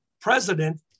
president